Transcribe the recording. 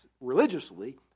religiously